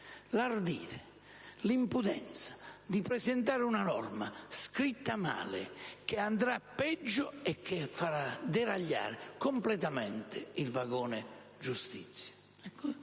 l'ardire, l'impudenza di presentare una norma scritta male che peggiorerà la situazione e farà deragliare completamente il vagone giustizia?